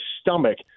stomach